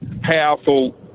powerful